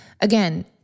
Again